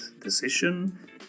decision